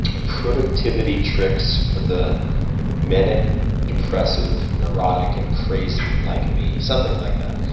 productivity tricks for the manic depressive, neurotic and crazy like me. something like that.